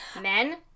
Men